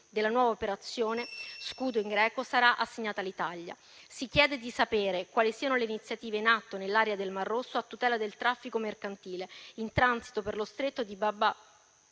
(denominata Aspides, «scudo» in greco), sarà assegnato all'Italia. Si chiede di sapere quali siano le iniziative in atto nell'area del mar Rosso a tutela del traffico mercantile, in transito per lo stretto di Bab